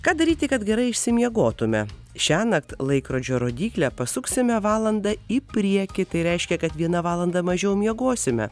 ką daryti kad gerai išsimiegotume šiąnakt laikrodžio rodyklę pasuksime valanda į priekį tai reiškia kad vieną valandą mažiau miegosime